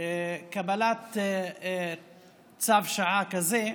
בקבלת צו שעה כזה,